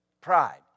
Pride